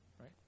Right